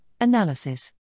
analysis